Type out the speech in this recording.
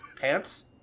Pants